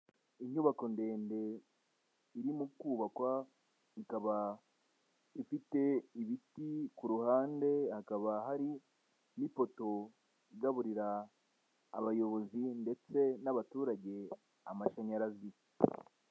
Inyubako ndende irimo kubakwa ikaba ifite ibiti ku ruhande hakaba hari n'ipoto igaburira abayobozi ndetse n'abaturage amashanyarazi.